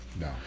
No